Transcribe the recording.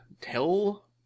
tell